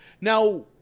Now